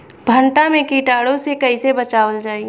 भनटा मे कीटाणु से कईसे बचावल जाई?